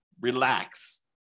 relax